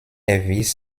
erwies